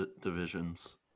divisions